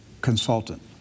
consultant